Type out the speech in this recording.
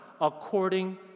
according